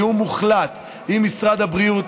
תיאום מוחלט עם משרד הבריאות,